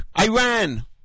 Iran